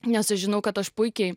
nes aš žinau kad aš puikiai